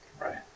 Right